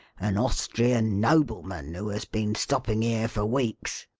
an austrian nobleman, who has been stopping here for weeks!